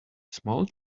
small